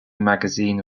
magazine